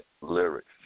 lyrics